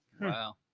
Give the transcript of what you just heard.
Wow